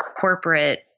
corporate